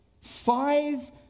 five